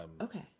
Okay